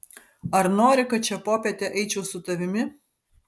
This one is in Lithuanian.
ar nori kad šią popietę eičiau su tavimi